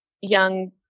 young